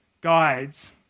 guides